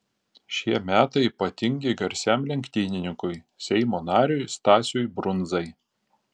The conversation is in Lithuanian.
šie metai ypatingi garsiam lenktynininkui seimo nariui stasiui brundzai